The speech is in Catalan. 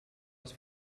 les